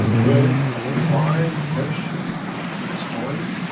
when you buy keshe peace coins,